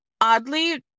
Oddly